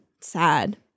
Sad